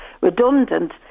redundant